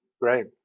Great